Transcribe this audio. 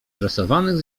tresowanych